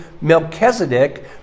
Melchizedek